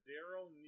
Daryl